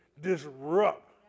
disrupt